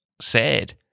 Sad